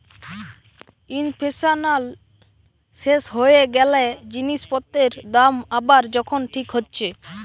inflation শেষ হয়ে গ্যালে জিনিস পত্রের দাম আবার যখন ঠিক হচ্ছে